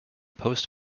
post